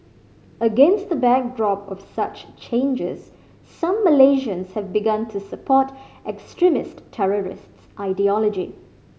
against the backdrop of such changes some Malaysians have begun to support extremist terrorist ideology